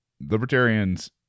Libertarians